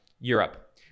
Europe